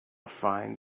fine